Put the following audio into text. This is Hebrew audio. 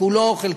כולו או חלקו.